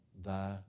thy